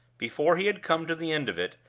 before he had come to the end of it,